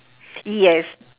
yes